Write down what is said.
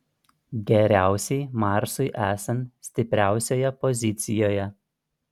geriausiai marsui esant stipriausioje pozicijoje